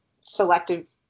selective